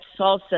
salsa